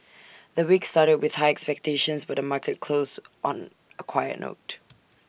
the week started with high expectations but the market closed on A quiet note